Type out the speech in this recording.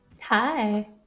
Hi